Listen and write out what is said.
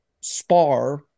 spar